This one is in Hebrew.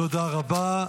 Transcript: תודה רבה.